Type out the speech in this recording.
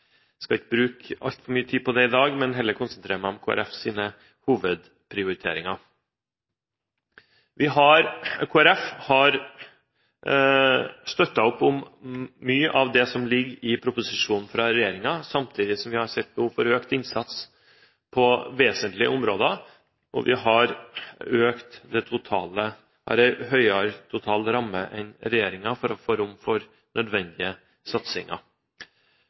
skal ikke bruke altfor mye tid på det i dag, men heller konsentrere meg om Kristelig Folkepartis hovedprioriteringer. Kristelig Folkeparti har støttet opp om mye av det som ligger i proposisjonen fra regjeringen, samtidig som vi har sett et behov for økt innsats på vesentlige områder. Vi har en høyere total ramme enn regjeringen for å få rom for nødvendige satsinger.